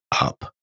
up